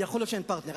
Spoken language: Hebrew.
אין פרטנר.